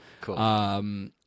Cool